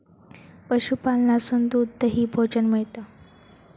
पशूपालनासून दूध, दही, भोजन मिळता